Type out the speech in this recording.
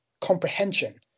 comprehension